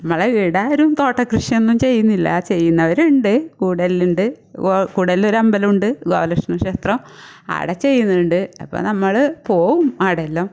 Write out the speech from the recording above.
നമ്മുടെ ഇവിടെ ആരും തോട്ട കൃഷി ഒന്നും ചെയ്യുന്നില്ല ചെയ്യുന്നവരുണ്ട് കൂടല്ലൂർ ഉണ്ട് കൂടല്ലൂർ അമ്പലമുണ്ട് മഹാലക്ഷ്മി ക്ഷേത്രം അവിടെ ചെയ്യുന്നുണ്ട് അപ്പോൾ നമ്മുടെ പോവും അവിടെയെല്ലാം